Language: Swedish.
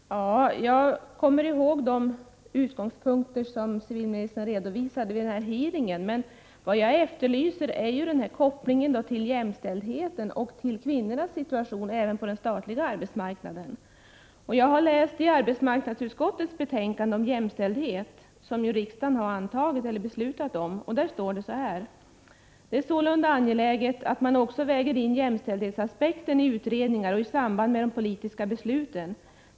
Herr talman! Ja, jag kommer ihåg de utgångspunkter som civilministern redovisade vid denna hearing. Men vad jag efterlyser är kopplingen till jämställdheten och till kvinnornas situation även på den statliga arbetsmarknaden. Jag har läst i arbetsmarknadsutskottets betänkande 1987/88:9 om jämställdhet, som ju riksdagen har fattat beslut om: ”Det är sålunda angeläget att man också väger in jämställdhetsaspekten i utredningar och i samband med de politiska besluten.